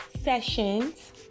sessions